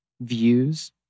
views